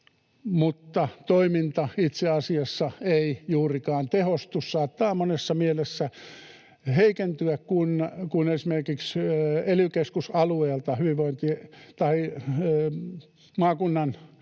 mutta toiminta itse asiassa ei juurikaan tehostu, vaan saattaa monessa mielessä heikentyä, kun esimerkiksi ely-keskusalueelta tai maakunnan